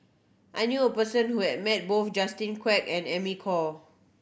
I knew a person who has met both Justin Quek and Amy Khor